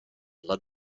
led